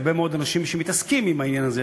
הרבה מאוד אנשים שמתעסקים עם העניין הזה,